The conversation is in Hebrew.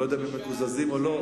אני לא יודע אם הם מקוזזים או לא.